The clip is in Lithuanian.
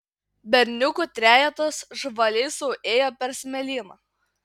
berniukų trejetas žvaliai sau ėjo per smėlyną